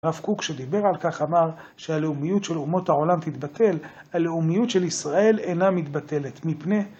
הרב קוק שדיבר על כך, אמר שהלאומיות של אומות העולם תתבטל, הלאומיות של ישראל אינה מתבטלת מפני.